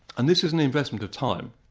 and this is an investment of time.